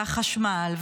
והחשמל,